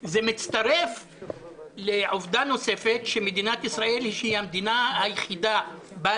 אם לפתוח חנות נעליים לא בגלל השאלה של ההדבקה והמאבק